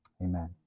amen